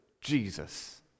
Jesus